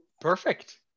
Perfect